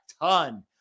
ton